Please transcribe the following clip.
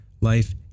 life